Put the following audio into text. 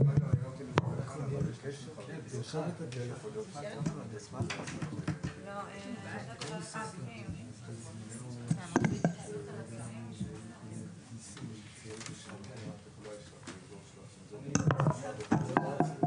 ננעלה בשעה 12:08.